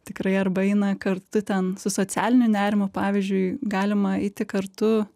tikrai arba eina kartu ten su socialiniu nerimu pavyzdžiui galima eiti kartu